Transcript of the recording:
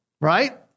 Right